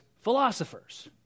philosophers